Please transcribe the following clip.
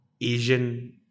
Asian